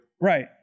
Right